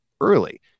early